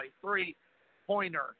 three-pointer